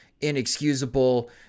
inexcusable